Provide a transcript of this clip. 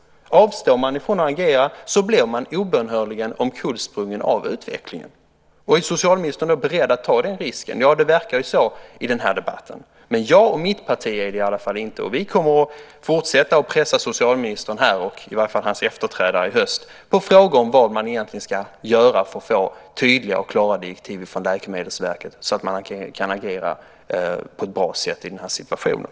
Avstår man från att agera blir man obönhörligen omkullsprungen av utvecklingen. Är socialministern beredd att ta den risken? Det verkar så i den här debatten. Men jag och mitt parti är det i varje fall inte. Vi kommer att fortsätta att pressa socialministern här, eller i varje fall hans efterträdare i höst, med frågor om vad man egentligen ska göra för att få tydliga och klara från Läkemedelsverket så att man kan agera på ett bra sätt i den här situationen.